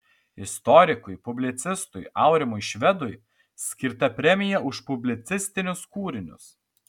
istorikui publicistui aurimui švedui skirta premija už publicistinius kūrinius